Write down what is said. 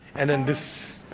and and this